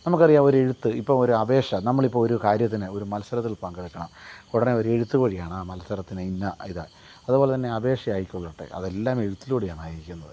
നമുക്കറിയാം ഒരെഴ്ത്ത് ഇപ്പോൾ ഒരപേക്ഷ നമ്മൾ ഇപ്പോൾ ഒര് കാര്യത്തിന് ഒരു മത്സരത്തിൽ പങ്കെടുക്കണം ഉടനെ ഒരു എഴുത്ത് വഴിയാണ് ആ മത്സരത്തിന് ഇന്നയിത് അത്പോലെതന്നെ അപേക്ഷയായ്ക്കൊള്ളട്ടെ അതെല്ലാം എഴുത്തിലൂടെയാണ് അയക്കുന്നത്